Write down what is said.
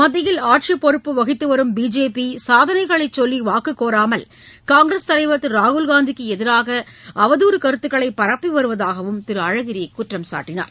மத்தியில் ஆட்சிப் பொறப்பு வகித்து வரும் பிஜேபி சாதனைகளை சொல்லி வாக்கு கோராமல் காங்கிரஸ் தலைவர் திரு ராகுல்காந்திக்கு எதிராக அவதூறு கருத்துக்களை பரப்பி வருவதாகவும் திரு அழகிரி குறை கூறினார்